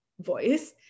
voice